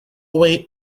way